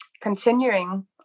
continuing